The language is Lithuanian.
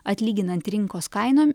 atlyginant rinkos kainom